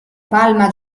palma